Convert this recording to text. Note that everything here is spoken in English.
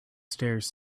stairs